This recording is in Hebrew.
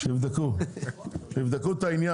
שיבדקו את העניין,